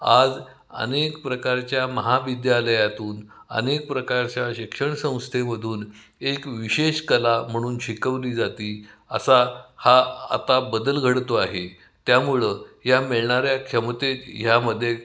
आज अनेक प्रकारच्या महाविद्यालयातून अनेक प्रकारच्या शिक्षण संस्थेमधून एक विशेष कला म्हणून शिकवली जाते असा हा आता बदल घडतो आहे त्यामुळं या मिळणाऱ्या क्षमतेत ह्यामध्ये